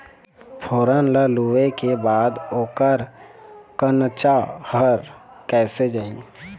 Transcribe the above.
फोरन ला लुए के बाद ओकर कंनचा हर कैसे जाही?